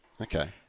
Okay